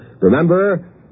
Remember